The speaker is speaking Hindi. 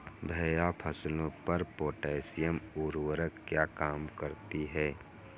भैया फसलों पर पोटैशियम उर्वरक क्या काम करती है?